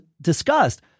discussed